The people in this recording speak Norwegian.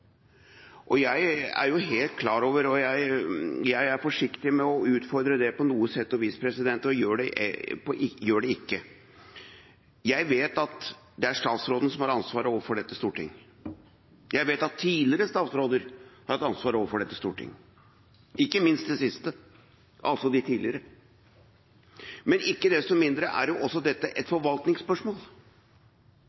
Stortinget. Jeg er helt klar over, og jeg er forsiktig med å utfordre det på noe sett og vis og gjør det ikke, at det er statsråden som har ansvaret for dette overfor dette storting. Jeg vet at tidligere statsråder har hatt ansvaret overfor dette storting – ikke minst det siste, altså de tidligere. Men ikke desto mindre er dette også et forvaltningsspørsmål, og det er samspillet mellom politikken og forvaltningen som må løse dette